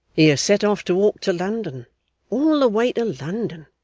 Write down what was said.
he has set off to walk to london all the way to london.